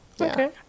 okay